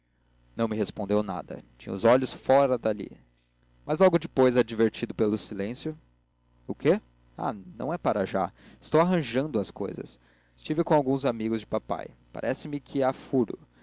não me respondeu nada tinha os olhos fora dali mas logo depois advertido pelo silêncio o quê ah não é para já estou arranjando as cousas estive com alguns amigos de papel e parece que há furo